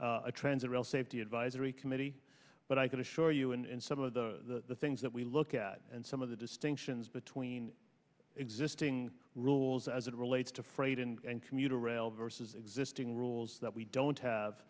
transit rail safety advisory committee but i can assure you and some of the things that we look at and some of the distinctions between existing rules as it relates to freight and commuter rail versus existing rules that we don't have